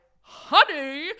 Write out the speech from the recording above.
honey